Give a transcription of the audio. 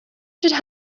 should